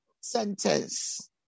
sentence